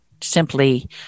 simply